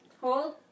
hold